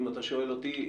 אם אתה שואל אותי,